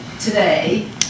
today